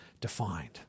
defined